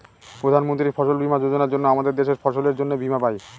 প্রধান মন্ত্রী ফসল বীমা যোজনার জন্য আমাদের দেশের ফসলের জন্যে বীমা পাই